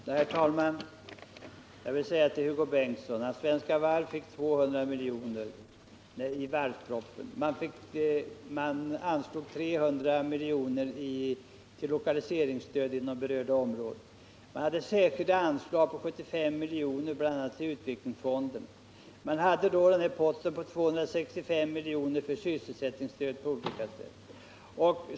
Herr talman! Jag vill säga till Hugo Bengtsson att Svenska Varv fick 2 milj.kr. genom beslutet med anledning av varvspropositionen. Det anslogs 300 milj.kr. i lokaliseringsstöd till berörda områden. Det finns vidare särskilda anslag på 75 milj.kr., bl.a. till utvecklingsfonden. Vidare finns denna post på 265 milj.kr. för sysselsättningsstöd.